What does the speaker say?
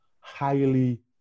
highly